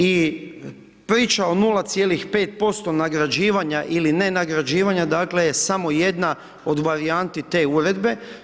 I priča o 0,5% nagrađivanja ili ne nagrađivanja dakle je samo jedna od varijanti te uredbe.